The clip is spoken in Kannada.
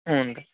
ಹ್ಞೂ ರಿ